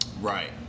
Right